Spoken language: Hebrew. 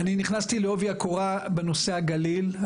נכנסתי לעובי הקורה בנושא הגליל.